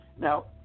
Now